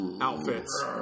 outfits